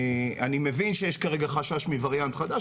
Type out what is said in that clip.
אני מבין שיש כרגע חשש מווריאנט חדש,